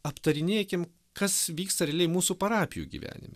aptarinėkim kas vyksta realiai mūsų parapijų gyvenime